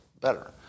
better